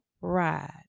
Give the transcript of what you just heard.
ride